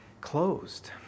closed